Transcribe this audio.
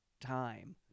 time